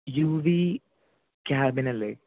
U V cabin അല്ലെ